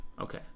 okay